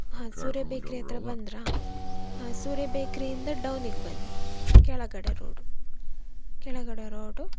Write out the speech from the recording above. ಹಾಂ ಸೂರ್ಯ ಬೇಕ್ರಿ ಹತ್ತಿರ ಬಂದಿರಾ ಹಾಂ ಸೂರ್ಯ ಬೇಕ್ರಿಯಿಂದ ಡೌನಿಗೆ ಬನ್ನಿ ಕೆಳಗಡೆ ರೋಡು ಕೆಳಗಡೆ ರೋಡು